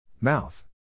Mouth